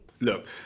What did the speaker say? Look